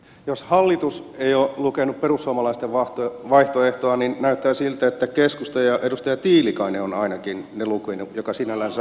jos hallitus ei ole lukenut perussuomalaisten vaihtoehtoa niin näyttää siltä että keskusta ja edustaja tiilikainen on ainakin ne lukenut mikä sinällänsä on ihan hyvä asia